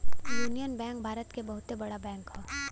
union Bank Bharat क बहुते बड़ा बैंक हौ